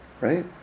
Right